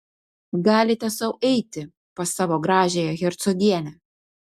galite sau eiti pas savo gražiąją hercogienę